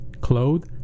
clothed